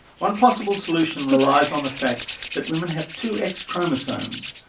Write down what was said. one possible solution relies on the fact that women have two x chromosomes,